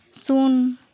ᱥᱩᱱ